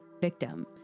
victim